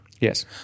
Yes